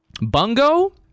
bungo